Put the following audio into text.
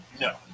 No